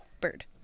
bird